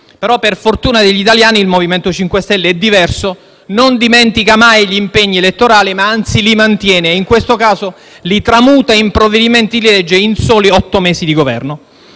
Per fortuna degli italiani, il MoVimento 5 Stelle è diverso, non dimentica gli impegni elettorali, anzi li mantiene, e in questo caso li tramuta in provvedimenti di legge in solo otto mesi di Governo.